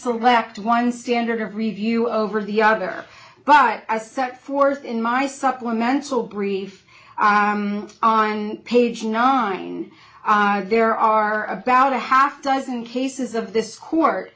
select one standard of review over the other but as set forth in my supplemental brief and page nine there are about a half dozen cases of this court